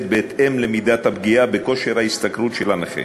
בהתאם למידת הפגיעה בכושר ההשתכרות של הנכה.